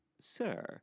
Sir